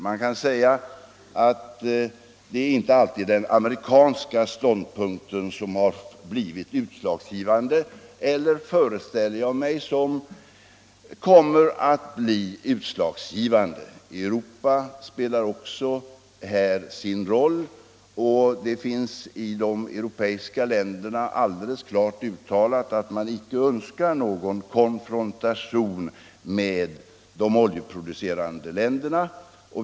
Man kan säga att det inte alltid är den amerikanska ståndpunkten som har blivit utslagsgivande eller — föreställer jag mig - som kommer att bli utslagsgivande. Europa spelar också här sin roll, och det har i de europeiska länderna alldeles klart uttalats att man icke önskar någon konfrontation med de oljeproducerande länderna.